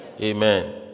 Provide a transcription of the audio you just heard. Amen